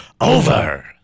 over